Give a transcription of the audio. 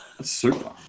Super